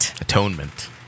Atonement